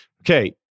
Okay